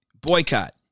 boycott